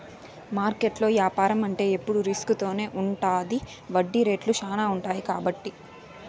మార్కెట్లో యాపారం అంటే ఎప్పుడు రిస్క్ తోనే ఉంటది వడ్డీ రేట్లు శ్యానా ఉంటాయి కాబట్టి